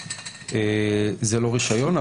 זה לא רישיון,